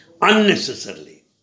unnecessarily